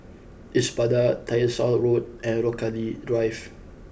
Espada Tyersall Road and Rochalie Drive